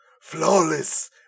flawless